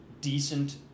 decent